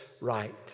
right